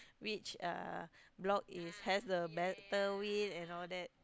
which uh block is has the better wind and all that